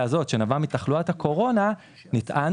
שנבעה מתחלואת הקורונה נטען